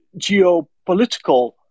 geopolitical